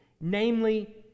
namely